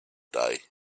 day